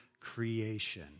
creation